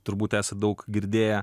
turbūt esat daug girdėję